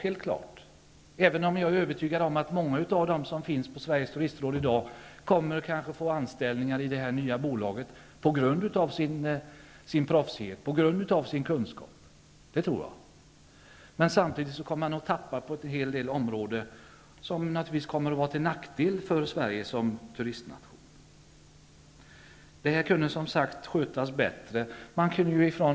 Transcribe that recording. Jag är dock övertygad om att många av dem som i dag arbetar i Sveriges turistråd kommer att få anställning i det nya bolaget på grund av sin proffsighet och kunskap. Men samtidigt kommer man att tappa kunskaper på en hel del områden som naturligtvis kommer att vara till nackdel för Sverige som turistnation. Detta kunde ha skötts bättre.